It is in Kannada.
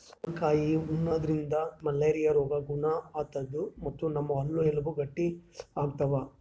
ಪಡವಲಕಾಯಿ ಉಣಾದ್ರಿನ್ದ ಮಲೇರಿಯಾ ರೋಗ್ ಗುಣ ಆತದ್ ಮತ್ತ್ ನಮ್ ಹಲ್ಲ ಎಲಬ್ ಗಟ್ಟಿ ಆತವ್